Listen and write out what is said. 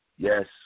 Yes